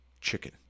chicken